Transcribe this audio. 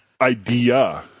Idea